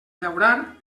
llaurar